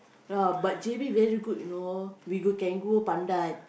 ya but J_B very good you know we go can go pandan